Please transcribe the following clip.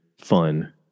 fun